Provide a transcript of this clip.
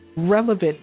relevant